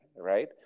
right